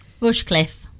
Rushcliffe